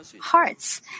hearts